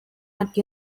not